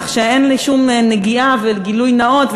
כך שאין לי שום נגיעה וגילוי נאות,